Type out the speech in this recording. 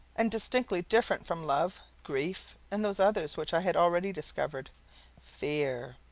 and distinctly different from love, grief, and those others which i had already discovered fear.